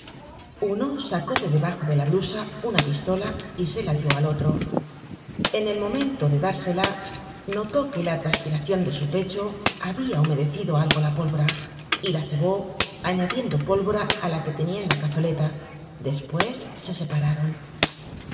uno sacó de debajo de la blu sa una pistola y se la dió al otro en el momento de dársela notó que la traspiracion de su pecho habia humedecido algo la pólvora y la cebó añadiendo pólvora á la que tenia en la cazoleta despues se separaron